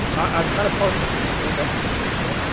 i'm kind of partial to this book. i think it's pretty good.